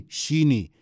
shini